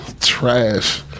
Trash